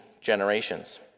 generations